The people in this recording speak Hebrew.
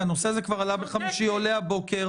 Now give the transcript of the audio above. הנושא הזה כבר עלה ביום חמישי, עולה הבוקר.